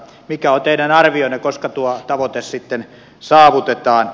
mikä on teidän arvionne koska tuo tavoite sitten saavutetaan